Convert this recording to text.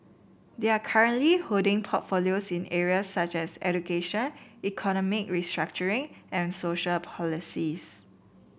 they are currently holding portfolios in areas such as education economic restructuring and social policies